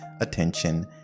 attention